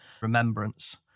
remembrance